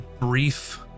brief